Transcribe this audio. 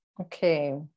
Okay